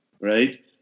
right